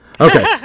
Okay